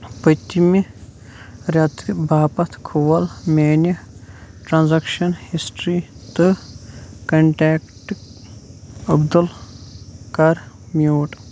پٔتمہِ رٮ۪تھ باپتھ کھول میانہِ ٹرانزیکشن ہسٹری تہٕ کنٹیکٹ عبدُل کَر میوٗٹ